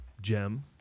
gem